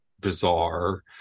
bizarre